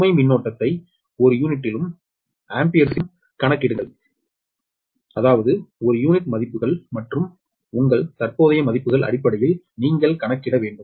சுமை மின்னோட்டத்தை ஒரு யூனிட்டிலும் ஆம்பியர்ஸிலும் கணக்கிடுங்கள் அதாவது ஒரு யூனிட் மதிப்புகள் மற்றும் உங்கள் தற்போதைய மதிப்புகளின் அடிப்படையில் நீங்கள் கணக்கிட வேண்டும்